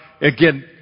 again